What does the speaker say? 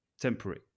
temporary